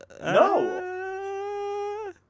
No